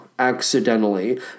accidentally